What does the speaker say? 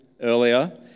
earlier